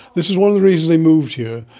this is one of the reasons they moved here,